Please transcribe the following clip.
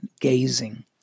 gazing